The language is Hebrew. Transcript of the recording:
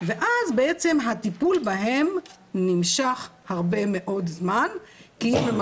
ואז בעצם הטיפול בהם נמשך הרבה מאוד זמן כי אם הם